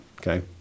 Okay